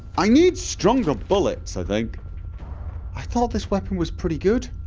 i need stronger bullets i think i thought this weapon was pretty good